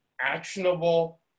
actionable